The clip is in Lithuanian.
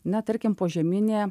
na tarkim požeminė